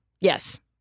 Yes